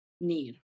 need